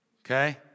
Okay